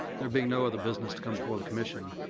there being no other business to come before the commission,